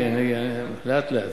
לאט-לאט.